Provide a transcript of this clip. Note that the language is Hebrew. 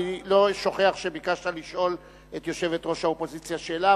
אני לא שוכח שביקשת לשאול את יושבת-ראש האופוזיציה שאלה,